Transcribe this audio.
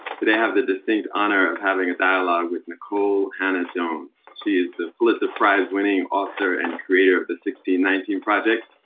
today i have the distinct honor of having a dialogue with nikole hannah-jones. she is the pulitzer prize-winning author and creator of the one nineteen project.